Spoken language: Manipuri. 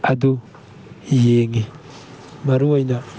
ꯑꯗꯨ ꯌꯦꯡꯏ ꯃꯔꯨ ꯑꯣꯏꯅ